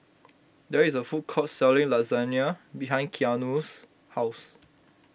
there is a food court selling Lasagna behind Keanu's house